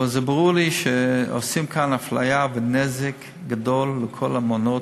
אבל זה ברור לי שעושים כאן אפליה ונזק גדול לכל המעונות,